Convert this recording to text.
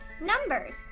numbers